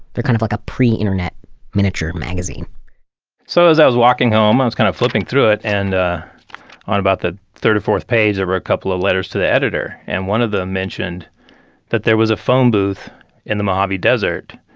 they're kind of like a pre-internet miniature magazine so as i was walking home, i was kind of flipping through it and on about the third or fourth page, there were a couple of letters to the editor and one of them mentioned that there was a phone booth in the mojave desert,